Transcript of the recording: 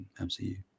MCU